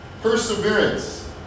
Perseverance